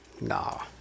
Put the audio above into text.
No